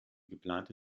geplante